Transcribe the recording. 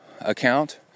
account